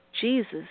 Jesus